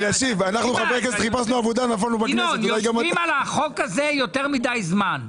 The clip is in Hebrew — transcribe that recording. ינון, יושבים על החוק הזה יותר מדי זמן.